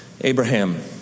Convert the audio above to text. Abraham